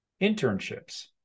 internships